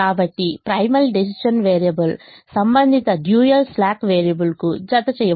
కాబట్టి primal decision variable సంబంధిత dual slack variable కు జత చేయబడుతుంది